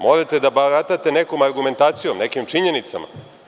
Morate da baratate nekom argumentacijom, nekim činjenicama.